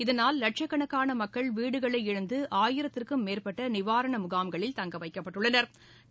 இதனால் வட்சக்கணக்கானமக்கள் வீடுகளை இழந்துஆயிரத்திற்கும் மேற்பட்டநிவாரணமுகாம்களில் தங்கவைக்கப்பட்டுள்ளனா்